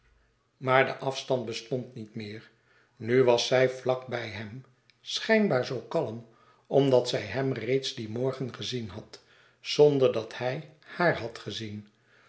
maar de afstand bestond niet meer nu was zij vlak bij hem schijnbaar zoo kalm omdat zij hem reeds dien morgen gezien had zonder dat hij hàar had gezien